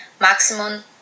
maximum